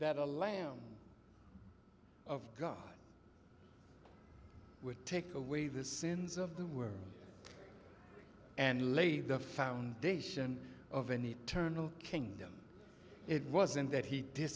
that a lamb of god would take away the sins of the world and lay the foundation of an eternal kingdom it wasn't that he di